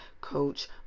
Coach